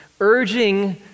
urging